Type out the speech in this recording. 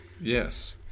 Yes